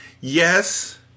Yes